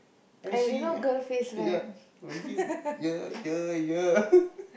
and she ya will give hear hear hear